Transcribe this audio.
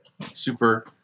super